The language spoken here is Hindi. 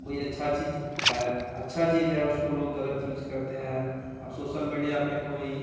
कोई अच्छी चीज़ है अच्छी चीज़ है उसको लोग ग़लत चीज़ कहते हैं अब सोसल मीडिया पर कोई